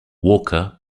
walker